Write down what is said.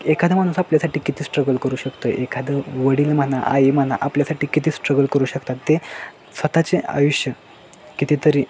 एखादा माणूस आपल्यासाठी किती स्ट्रगल करू शकतो एखादं वडील म्हणा आई म्हणा आपल्यासाठी किती स्ट्रगल करू शकतात ते स्वतःचे आयुष्य कितीतरी